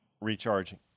recharging